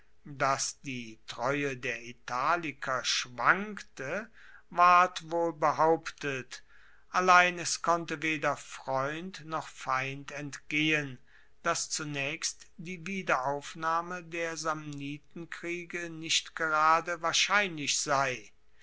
dass die treue der italiker schwankte ward wohl behauptet allein es konnte weder freund noch feind entgehen dass zunaechst die wiederaufnahme der samnitenkriege nicht gerade wahrscheinlich sei